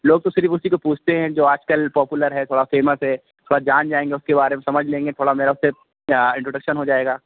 لوگ تو صرف اُسی کو پوچھتے ہیں جو آج کل پوپلر ہے تھوڑا فیمس ہے تھوڑا جان جائیں گے اُس کے بارے میں سمجھ لیں گے تھوڑا میرا اُن سے انٹروڈکشن ہو جائے گا